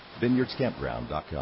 VineyardsCampground.com